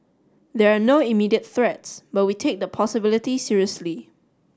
there are no immediate threats but we take the possibility seriously